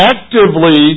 Actively